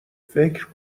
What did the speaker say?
فکر